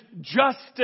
justice